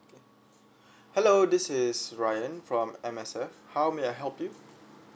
hello this is ryan from M_S_F how may I help you